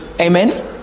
Amen